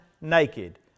naked